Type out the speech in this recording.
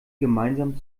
gemeinsam